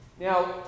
Now